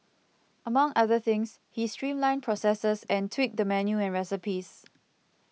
among other things he streamlined processes and tweaked the menu and recipes